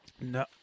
No